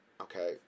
okay